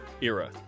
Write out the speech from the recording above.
era